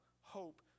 hope